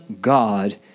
God